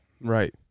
Right